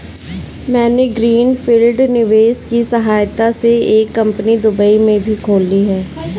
मैंने green field निवेश की सहायता से एक कंपनी दुबई में भी खोल ली है